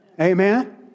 Amen